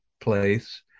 place